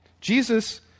Jesus